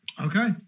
Okay